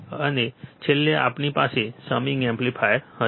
અને છેલ્લે આપણી પાસે સમીંગ એમ્પ્લીફાયર હશે